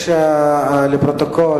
לפרוטוקול,